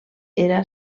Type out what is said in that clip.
era